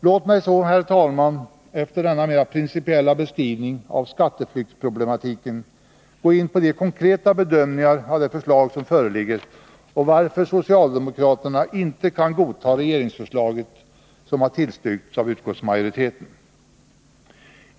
« Låt mig så, herr talman, efter denna mera principiella beskrivning av skatteflyktsproblematiken gå in på de konkreta bedömningarna av de förslag 29 som föreligger och på orsakerna till att socialdemokraterna inte kan godta det regeringsförslag som tillstyrkts av utskottsmajoriteten.